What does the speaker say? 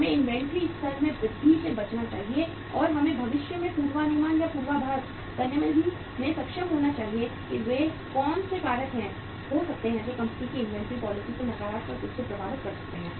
हमें इन्वेंट्री स्तर में वृद्धि से बचना चाहिए और हमें भविष्य का पूर्वानुमान या पूर्वाभास करने में सक्षम होना चाहिए कि वे कौन से कारक हो सकते हैं जो कंपनी की इन्वेंट्री पॉलिसी को नकारात्मक रूप से प्रभावित कर सकते हैं